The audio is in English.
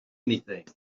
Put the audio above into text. anything